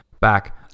back